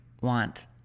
want